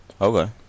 Okay